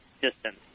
distance